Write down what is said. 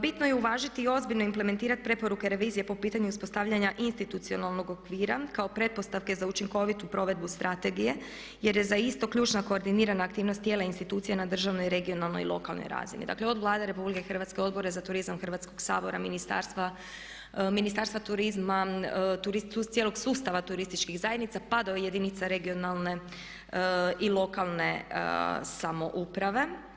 Bitno je uvažiti ozbiljne implementirat preporuke revizije po pitanju uspostavljanja institucionalnog okvira kao pretpostavke za učinkovitu provedbu strategije jer je za isto ključno koordinirana aktivnost tijela institucije na državnoj, regionalnoj i lokalnoj razini, dakle od Vlade RH, Odbore za turizam Hrvatskog sabora, Ministarstva turizma, cijelog sustava turističkih zajednica pa do jedinica regionalne i lokalne samouprave.